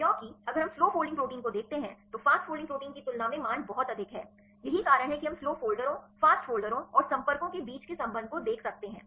क्योंकि अगर हम स्लो फोल्डिंग प्रोटीन को देखते हैं तो फ़ास्ट फोल्डिंग प्रोटीन की तुलना में मान बहुत अधिक हैं यही कारण है कि हम स्लो फ़ोल्डरों फ़ास्ट फ़ोल्डरों और संपर्कों के बीच के संबंध को देख सकते हैं